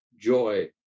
joy